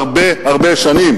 הרבה הרבה שנים,